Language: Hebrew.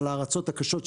על הארצות הקשות,